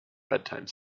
bedtime